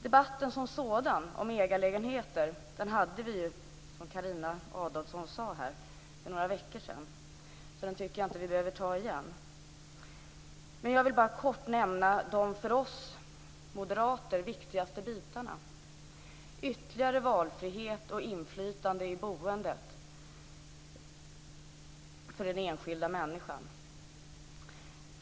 Debatten som sådan om ägarlägenheter förde vi, som Carina Adolfsson sade, för några veckor sedan. Den tycker jag inte vi behöver ta igen. Jag vill bara kort nämna de för oss moderater viktigaste delarna, ytterligare valfrihet och inflytande i boendet för den enskilda människan.